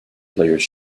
players